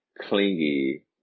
clingy